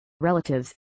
relatives